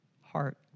heart